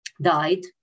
died